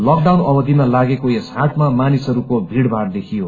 lockdown अवधीमा लागेको यस हाटमा मानिसहरूको भीड़भाड़ देखियो